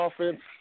offense